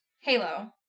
Halo